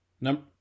Number